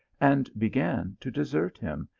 and began to desert him,